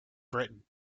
britain